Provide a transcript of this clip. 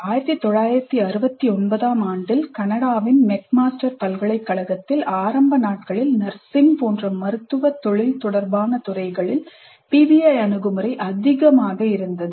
1969 ஆம் ஆண்டில் கனடாவின் மெக்மாஸ்டர் பல்கலைக்கழகத்தில் ஆரம்ப நாட்களில் நர்சிங் போன்ற மருத்துவத் தொழில் தொடர்பான துறைகளில் PBI அணுகுமுறை அதிகமாக இருந்தது